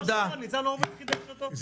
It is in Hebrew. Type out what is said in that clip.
וניצן הורוביץ חידש אותו.